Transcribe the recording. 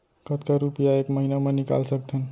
कतका रुपिया एक महीना म निकाल सकथन?